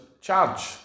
charge